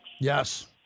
Yes